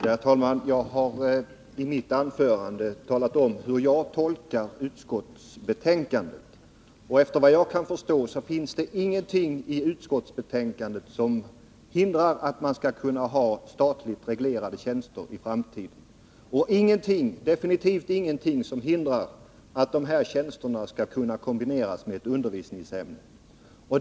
Herr talman! Jag har i mitt anförande talat om hur jag tolkar utskottsbetänkandet. Såvitt jag kan förstå finns det ingenting i utskottsbetänkandet som hindrar att man skall kunna ha statligt reglerade tjänster i framtiden. Det är definitivt ingenting som hindrar att dessa tjänster skall kunna kombineras med ett undervisningsämne.